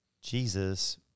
Jesus